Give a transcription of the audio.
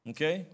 Okay